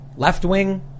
left-wing